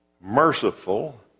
merciful